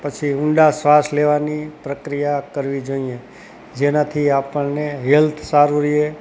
પછી ઊંડા શ્વાસ લેવાની પ્રક્રિયા કરવી જોઈએ જેનાથી આપણને હેલ્થ સારું રહે